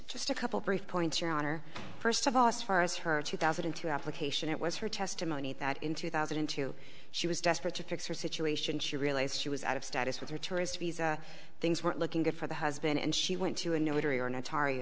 just a couple brief points your honor first of all as far as her two thousand and two application it was her testimony that in two thousand and two she was desperate to fix her situation she realized she was out of status with her tourist visa things weren't looking good for the husband and she went to a notary or an atari